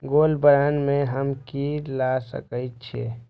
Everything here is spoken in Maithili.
गोल्ड बांड में हम की ल सकै छियै?